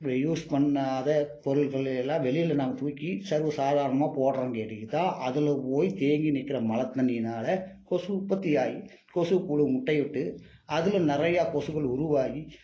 reuse பண்ணாத பொருள்கள் எல்லாம் வெளியில நாங்கள் தூக்கி சர்வ சாதரணமாக போடுறோம் கேட்டிக்கிதான் அதில் போய் தேங்கி நிற்கிற மழை தண்ணியினால கொசு உற்பத்தியாகி கொசு புழு முட்டையிட்டு அதில் நிறையா கொசுக்கள் உருவாகி